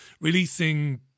releasing